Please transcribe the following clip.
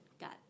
got